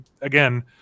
again